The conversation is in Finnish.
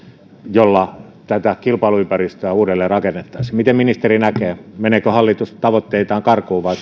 jolla tätä kilpailuympäristöä uudelleen rakennettaisiin miten ministeri näkee meneekö hallitus tavoitteitaan karkuun vai